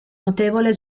notevole